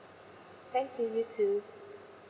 thank you you too